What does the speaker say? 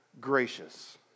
gracious